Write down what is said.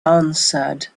answered